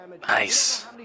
Nice